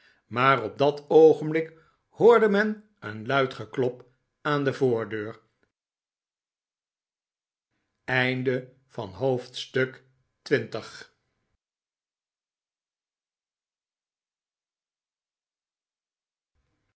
maar op dat oogenblik hoorde men een luid geklop aan de voordeur